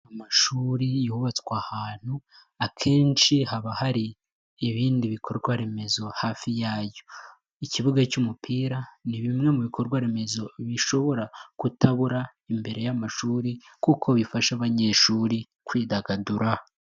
Amashuri yubatswe ahantu akenshi haba hari ibindi bikorwa remezo hafi yayo, ikibuga cy'umupira ni bimwe mu bikorwa remezo bishobora kutabura imbere y'amashuri kuko bifasha abanyeshuri kwidagadura.